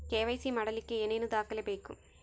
KYC ಮಾಡಲಿಕ್ಕೆ ಏನೇನು ದಾಖಲೆಬೇಕು?